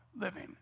living